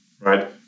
right